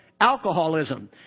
alcoholism